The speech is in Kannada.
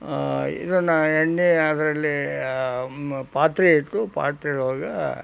ಇದನ್ನ ಎಣ್ಣೆ ಅದರಲ್ಲಿ ಪಾತ್ರೆ ಇಟ್ಟು ಪಾತ್ರೆ ಒಳಗೆ